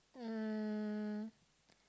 um